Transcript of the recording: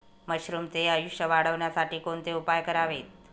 मशरुमचे आयुष्य वाढवण्यासाठी कोणते उपाय करावेत?